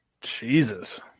Jesus